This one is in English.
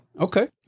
Okay